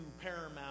Paramount